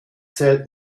zählt